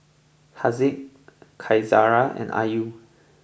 Haziq Qaisara and Ayu